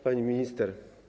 Pani Minister!